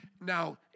Now